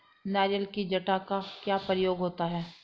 नारियल की जटा का क्या प्रयोग होता है?